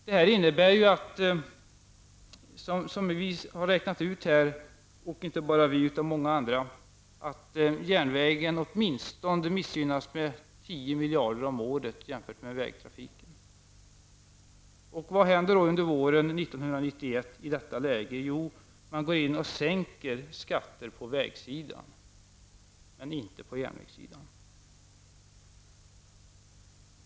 Detta innebär, som inte bara vi utan många andra räknat ut, att järnvägen missgynnas med åtminstone 10 miljarder kronor om året jämfört med vägtrafiken. Vad händer i detta läge under våren 1991? Jo, man går in och sänker skatter för vägtrafiken men inte för järnvägen.